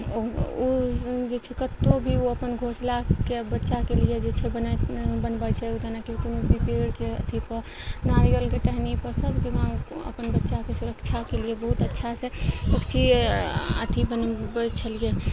ओ जे छै कतहु भी ओ अपन घोसलाके बच्चाके लिए जे छै बनैत बनबय छै जेनाकि कोनो भी पेड़के अथी पर नारियलके टहनीपर सब जगह अपन बच्चाके सुरक्षाके लिये बहुत अच्छासँ पक्षी अथी बनबय छलियै